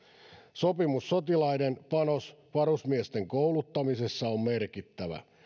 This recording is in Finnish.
sopimussotilaiden panos varusmiesten kouluttamisessa on merkittävä